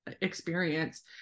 experience